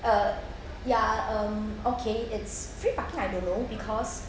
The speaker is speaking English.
err ya um okay it's free parking I don't know because